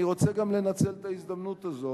אני רוצה גם לנצל את ההזדמנות הזו,